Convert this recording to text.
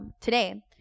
today